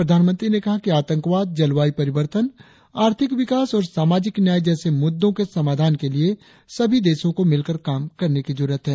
प्रधानमंत्री ने कहा कि आतंकवाद जलवायु परिवर्तन आर्थिक विकास और सामाजिक न्याय जैसे मुद्दों के समाधान के लिए सभी देशों को मिलकर काम करने की जरुरत है